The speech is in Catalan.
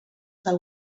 del